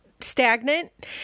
stagnant